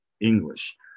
English